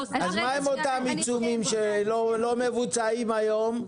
מה הם אותם עיצומים שלא מבוצעים היום,